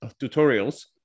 tutorials